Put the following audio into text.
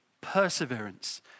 perseverance